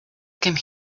came